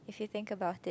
if you think about it